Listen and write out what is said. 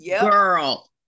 Girl